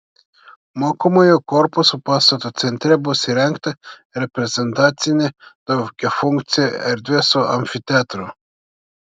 mokomojo korpuso pastato centre bus įrengta reprezentacinė daugiafunkcė erdvė su amfiteatru